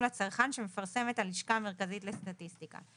לצרכן שמפרסת הלשכה המרכזית לסטטיסטיקה.